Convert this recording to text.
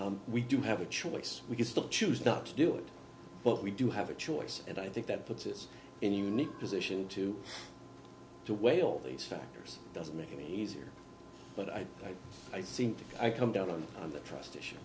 now we do have a choice we can still choose not to do it but we do have a choice and i think that puts us in a unique position to to weigh all these factors doesn't make any easier but i i seem to come down on the trust issue